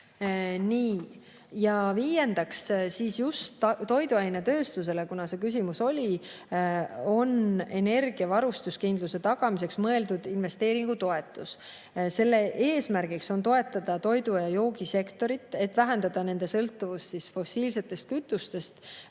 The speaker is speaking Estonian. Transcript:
Nii, [järgmiseks], just toiduainetööstusele, kuna küsimus selle kohta oli, on energiavarustuskindluse tagamiseks mõeldud investeeringutoetus. Selle eesmärgiks on toetada toidu‑ ja joogisektorit, et vähendada nende sõltuvust fossiilsetest kütustest,